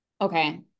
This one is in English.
Okay